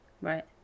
Right